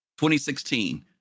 2016